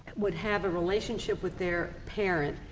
would have a relationship with their parents.